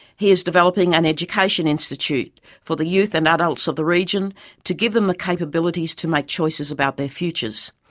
he is developing an education institution for the youth and adults of the region to give them the capabilities to make choices about their futures.